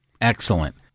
Excellent